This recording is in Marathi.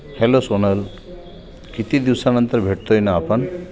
हॅलो सोनल किती दिवसानंतर भेटतोय ना आपण